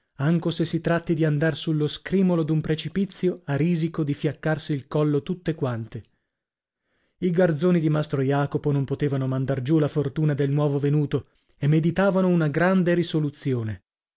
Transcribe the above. anco se si tratti di andar sullo scrimolo d'un precipizio a risico di fiaccarsi il collo tutte quante i garzoni di mastro jacopo non potevano mandar giù la fortuna del nuovo venuto e meditavano una grande risoluzione